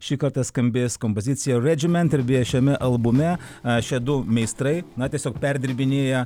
šį kartą skambės kompozicija redžiment ir beje šiame albume šie du meistrai na tiesiog perdirbinėja